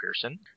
Pearson